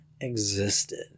existed